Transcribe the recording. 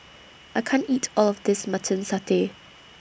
I can't eat All of This Mutton Satay